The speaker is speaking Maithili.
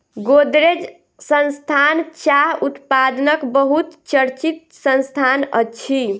गोदरेज संस्थान चाह उत्पादनक बहुत चर्चित संस्थान अछि